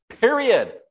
Period